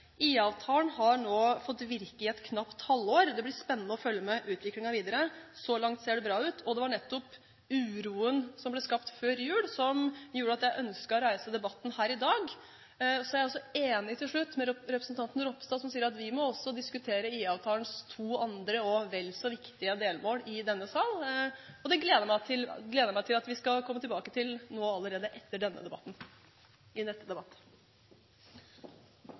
har nå fått virke i et knapt halvår. Det blir spennende å følge med utviklingen videre. Så langt ser det bra ut. Det var nettopp uroen som ble skapt før jul, som gjorde at jeg ønsket å reise debatten her i dag. Til slutt: Jeg er enig med representanten Ropstad som sier at vi også må diskutere IA-avtalens to andre og vel så viktige delmål i denne sal. Det gleder jeg meg til at vi skal komme tilbake til allerede i neste debatt. Takk for denne viktige debatten,